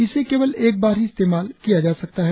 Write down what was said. इसे केवल एक बार ही इस्तेमाल किया जा सकता है